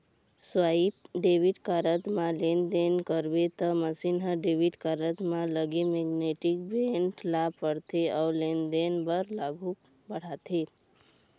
swipe debit card म लेनदेन करबे त मसीन ह डेबिट कारड म लगे मेगनेटिक बेंड ल पड़थे अउ लेनदेन बर आघू बढ़थे